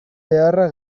beharra